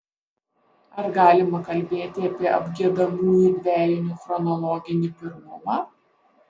ar galima kalbėti apie apgiedamųjų dvejinių chronologinį pirmumą